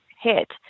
hit